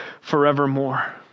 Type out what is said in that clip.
forevermore